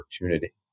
opportunity